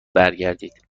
برگردید